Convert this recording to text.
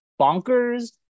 bonkers